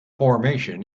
formation